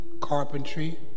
carpentry